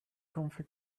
comfy